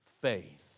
faith